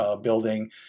building